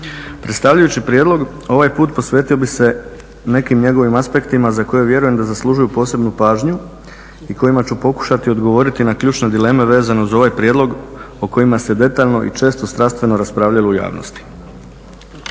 Predstavljajući prijedlog ovaj put posvetio bih se nekim njegovim aspektima za koje vjerujem da zaslužuju posebnu pažnju i kojima ću pokušati odgovoriti na ključne dileme vezan uz ovaj prijedlog o kojima se detaljno i često strastveno raspravljalo u javnosti.